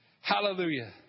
Hallelujah